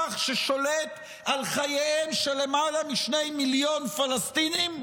ששולט על חייהם של למעלה משני מיליון פלסטינים,